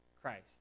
Christ